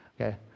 Okay